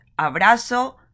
Abrazo